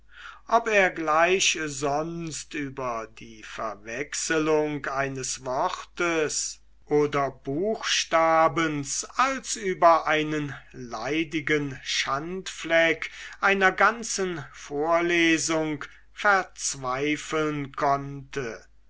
ob er gleich sonst über die verwechselung eines wortes oder buchstabens als über einen leidigen schandfleck einer ganzen vorlesung verzweifeln konnte